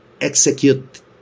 execute